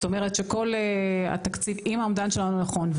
אם האומדן שלנו נכון,